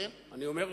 גם אני יודע.